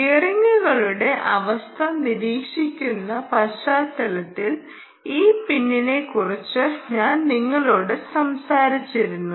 ബിയറിംഗുകളുടെ അവസ്ഥ നിരീക്ഷിക്കുന്ന പശ്ചാത്തലത്തിൽ ഈ പിന്നിനെക്കുറിച്ച് ഞാൻ നിങ്ങളോട് സംസാരിച്ചിരുന്നു